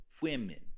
women